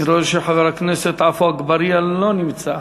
אני רואה שחבר הכנסת עפו אגבאריה לא נמצא.